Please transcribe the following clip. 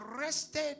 arrested